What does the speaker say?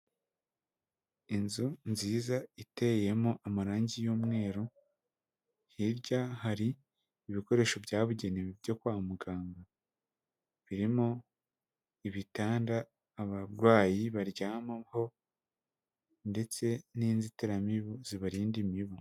Inzu nziza iteyemo amarangi y'umweru, hirya hari ibikoresho byabugenewe byo kwa muganga, birimo ibitanda abarwayi baryamaho ndetse n'inzitiramibu zibarinda imibu.